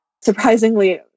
surprisingly